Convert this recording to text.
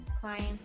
clients